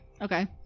Okay